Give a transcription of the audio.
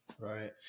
Right